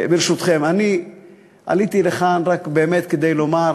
ברשותכם, אני עליתי לכאן רק באמת כדי לומר